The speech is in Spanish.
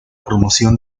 promoción